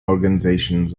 organizations